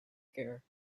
care